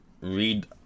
read